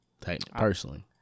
personally